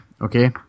Okay